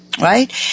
right